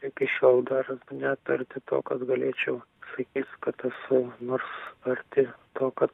iki šiol dar net arti to kad galėčiau sakyt kad esu nors arti to ka